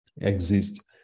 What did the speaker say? exist